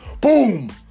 Boom